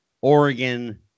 Oregon